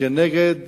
כנגד